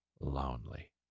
Lonely